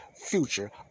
future